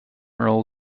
earl